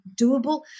doable